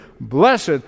Blessed